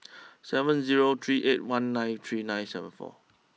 seven zero three eight one nine three nine seven four